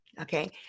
Okay